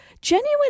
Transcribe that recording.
genuine